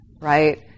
right